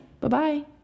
Bye-bye